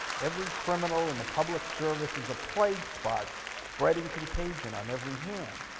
every criminal in the public service is a plague spot spreading contagion on every hand.